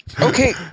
Okay